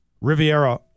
Riviera